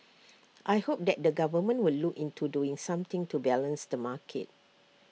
I hope that the government will look into doing something to balance the market